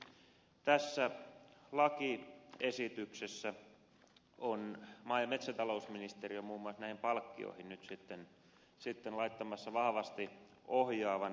nyt tässä lakiesityksessä on maa ja metsätalousministeriö muun muassa palkkioihin sitten laittamassa vahvasti ohjaavan kätensä